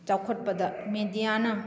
ꯆꯥꯎꯈꯠꯄꯗ ꯃꯦꯗꯤꯌꯥꯅ